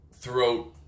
throughout